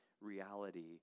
reality